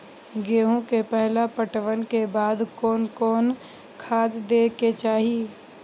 गेहूं के पहला पटवन के बाद कोन कौन खाद दे के चाहिए?